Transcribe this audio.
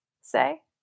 Say